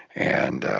and